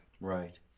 right